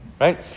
right